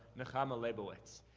nechama leibowitz.